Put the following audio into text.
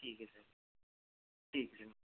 ठीक है सर ठीक है